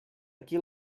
aquí